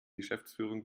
geschäftsführung